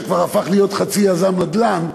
שכבר הפך להיות חצי יזם נדל"ן,